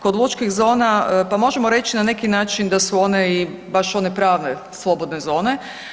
Kod lučnih zona pa možemo reći na neki način da su one i baš one prave slobodne zone.